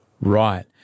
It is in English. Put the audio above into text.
Right